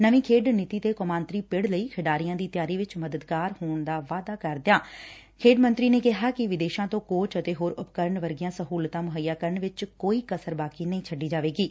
ਨਵੀ ਖੇਡ ਨੀਤੀ ਦੇ ਕੌਮਾਂਤਰੀ ਪਿਤ ਲਈ ਖਿਡਾਰੀਆਂ ਦੀ ਤਿਆਰੀ ਵਿੱਚ ਮਦਦਗਾਰ ਹੋਣ ਦਾ ਦਾਅਵਾ ਕਰਦਿਆਂ ਖੇਡ ਮੰਤਰੀ ਨੇ ਕਿਹਾ ਕਿ ਵਿਦੇਸ਼ਾਂ ਤੋਂ ਕੋਚ ਅਤੇ ਹੋਰ ਉਪਕਰਨ ਵਰਗੀਆਂ ਸਹੁਲਤਾਂ ਮੁਹੱਈਆ ਕਰਨ ਵਿੱਚ ਕੋਈ ਕਸਰ ਬਾਕੀ ਨਹੀਂ ਛੱਡੀ ਜਾਵੇਗੀ